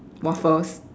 waffles